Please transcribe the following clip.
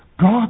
God